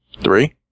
Three